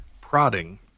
prodding